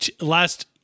last